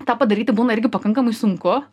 tą padaryti būna irgi pakankamai sunku